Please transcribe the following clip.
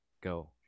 Go